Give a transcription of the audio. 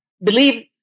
believe